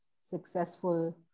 successful